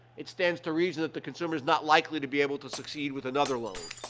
it stands to reason that the consumer is not likely to be able to succeed with another loan.